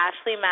Ashley